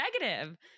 negative